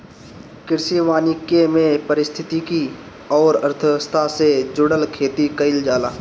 कृषि वानिकी में पारिस्थितिकी अउरी अर्थव्यवस्था से जुड़ल खेती कईल जाला